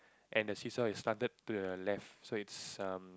and the see-saw is slunted to your left so it's um